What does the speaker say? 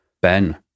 Ben